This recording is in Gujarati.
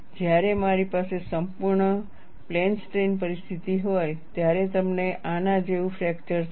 જ્યારે મારી પાસે સંપૂર્ણ પ્લેન સ્ટ્રેઇન પરિસ્થિતિ હોય ત્યારે તમને આના જેવું ફ્રેક્ચર થશે